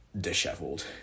disheveled